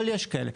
אבל יש כאלה,